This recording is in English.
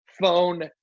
phone